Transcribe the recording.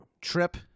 trip